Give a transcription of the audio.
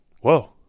whoa